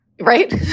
Right